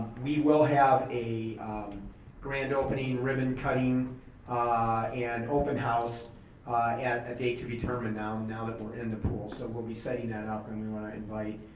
we will have a grand opening, and ribbon-cutting ah and open house at a date to be determined, now now that we're in the pool. so we'll be setting that up and we want to invite,